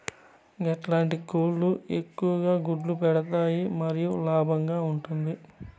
ఎట్లాంటి కోళ్ళు ఎక్కువగా గుడ్లు పెడతాయి మరియు లాభంగా ఉంటుంది?